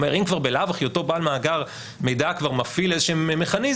אומר אם כבר בלאו הכי אותו בעל מאגר מידע כבר מפעיל איזשהם מכניזם,